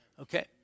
okay